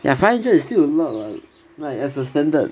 ya five hundred is still a lot [what] like as a standard